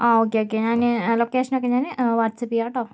ആ okay okay ഞാന് location ഒക്കെ ഞാന് വാട്ട്സപ്പ് ചെയ്യാട്ടോ ഓക്കെ